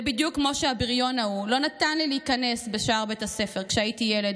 ובדיוק כמו שהבריון ההוא לא נתן לי להיכנס בשער בית הספר כשהייתי ילד,